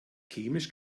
chemisch